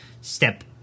step